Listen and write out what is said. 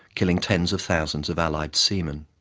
killing tens of thousands of allied seaman.